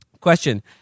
Question